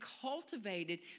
cultivated